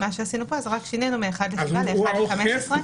מה שעשינו כאן זה רק שינינו מאחד ל-7 לאחד ל-15.